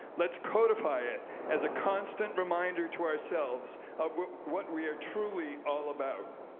let's codify it as a constant reminder to ourselves of what we are truly all about.